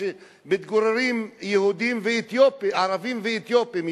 שמתגוררים בה ערבים ואתיופים,